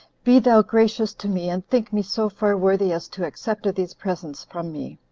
be thou gracious to me, and think me so far worthy as to accept of these presents from me